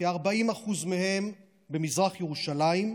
כ-40% מהם במזרח ירושלים,